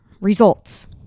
results